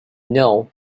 know